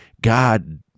God